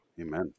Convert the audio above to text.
Amen